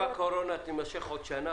אם הקורונה תימשך עוד שנה,